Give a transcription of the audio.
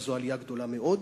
וזו עלייה גדולה מאוד.